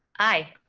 aye.